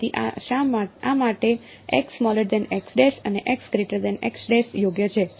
અને તેથી આ માટે અને યોગ્ય છે